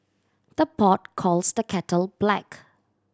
the pot calls the kettle black